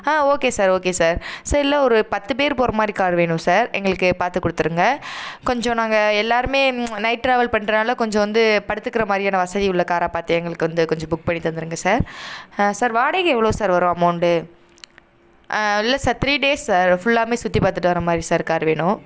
ஆ okay sir okay sir sir இல்லை ஒரு பத்து பேர் போகிற மாதிரி கார் வேணும் சார் எங்களுக்கு பார்த்து கொடுத்துருங்க கொஞ்சம் நாங்கள் எல்லாேருமே நைட் டிராவல் பண்ணுறனால கொஞ்சம் வந்து படுத்துக்கிற மாதிரியான வசதி உள்ள காராக பார்த்து எங்களுக்கு வந்து கொஞ்சம் புக் பண்ணி தந்துடுங்க சார் சார் வாடகை எவ்வளோ சார் வரும் அமோண்டு இல்லை சார் த்ரீ டேஸ் சார் ஃபுல்லாமே சுற்றி பார்த்துட்டு வர மாதிரி சார் காரு வேணும்